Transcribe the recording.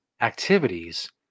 activities